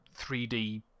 3D